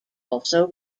also